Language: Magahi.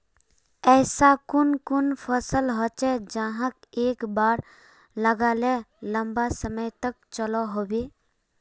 ऐसा कुन कुन फसल होचे जहाक एक बार लगाले लंबा समय तक चलो होबे?